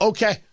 Okay